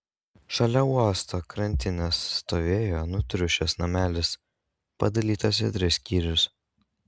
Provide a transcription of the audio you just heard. šalia uosto krantinės stovėjo nutriušęs namelis padalytas į tris skyrius